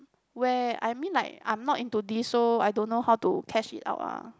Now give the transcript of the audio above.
where I mean like I am not into this so I don't know how to test it out uh